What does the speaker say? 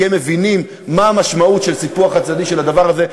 כי הם מבינים מה המשמעות של סיפוח חד-צדדי של הדבר הזה,